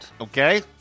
Okay